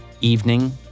evening